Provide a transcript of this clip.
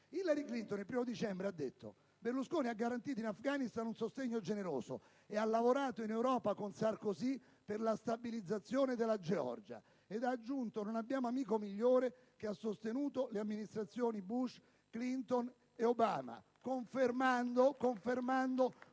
Hillary Clinton, il 1° dicembre, ha affermato che Berlusconi ha garantito in Afghanistan un sostegno generoso e ha lavorato in Europa con il presidente Sarkozy per la stabilizzazione della Georgia. Ha poi aggiunto che non vi è amico migliore che ha sostenuto le Amministrazioni Bush, Clinton e Obama, così confermando